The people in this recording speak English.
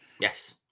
Yes